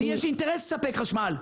לי יש אינטרס לספק חשמל.